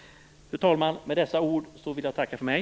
Fru talman! Med dessa ord vill jag tacka för mig.